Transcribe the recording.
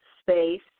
space